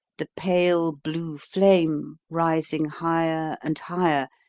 the pale blue flame, rising higher and higher,